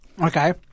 Okay